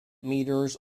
meters